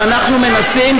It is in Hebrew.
ואנחנו מנסים,